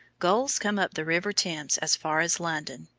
gulls come up the river thames as far as london,